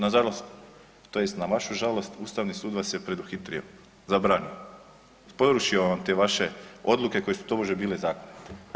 Nažalost, tj. na vašu žalost Ustavni sud vas je preduhitrio, zabranio, porušio vam te vaše odluke koje su tobože bile zakonite.